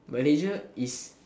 Malaysia is